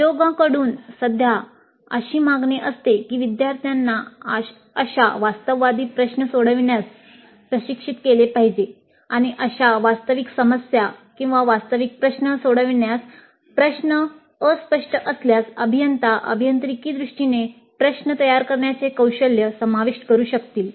उद्योगाकडून सध्या अशी मागणी असते की विद्यार्थ्यांना अशा वास्तववादी प्रश्न सोडविण्यास प्रशिक्षित केले पाहिजे आणि अशा वास्तविक समस्या सोडविण्यास प्रश्न अस्पष्ट असल्यास अभियंता अभियांत्रिकी दृष्टीने प्रश्न तयार करण्याचे कौशल्य समाविष्ट करु शकतील